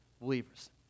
believers